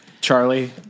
Charlie